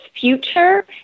future